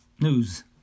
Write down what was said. news